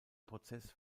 prozess